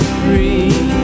free